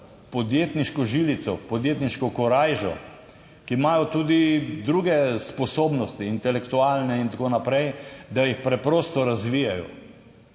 podjetniško žilico, podjetniško korajžo, ki imajo tudi druge sposobnosti intelektualne in tako naprej, da jih preprosto razvijajo.